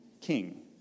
king